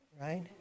right